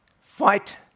Fight